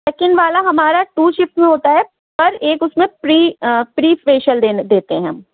second والا ہمارا two shift میں ہوتا ہے پر ایک اس میں پری پری فیشیل دیتے ہیں ہم